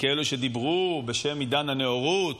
ככאלה שדיברו בשם עידן הנאורות,